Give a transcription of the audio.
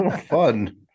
fun